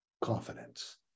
confidence